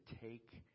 take